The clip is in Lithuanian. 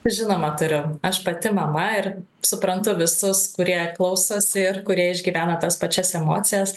žinoma turiu aš pati mama ir suprantu visus kurie klausosi ir kurie išgyvena tas pačias emocijas